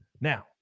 Now